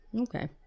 Okay